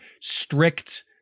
strict